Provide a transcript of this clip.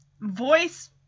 voice